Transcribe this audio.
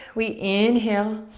we inhale,